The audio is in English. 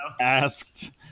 Asked